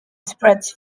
spreads